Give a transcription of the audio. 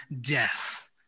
death